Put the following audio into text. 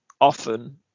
often